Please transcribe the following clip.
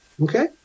Okay